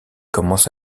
commence